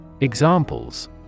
Examples